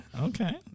okay